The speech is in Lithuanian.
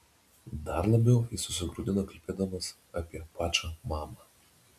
dar labiau jis susigraudina kalbėdamas apie pačą mamą